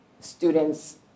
students